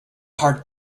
hard